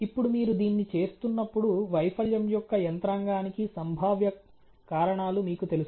ఇప్పుడు మీరు దీన్ని చేస్తున్నప్పుడు వైఫల్యం యొక్క యంత్రాంగానికి సంభావ్య కారణాలు మీకు తెలుసు